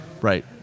Right